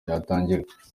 yatangira